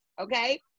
okay